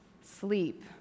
Sleep